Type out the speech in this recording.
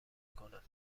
کنم